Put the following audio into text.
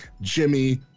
Jimmy